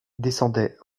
descendait